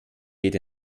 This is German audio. geht